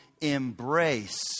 embrace